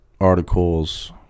articles